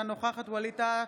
אינה נוכחת ווליד טאהא,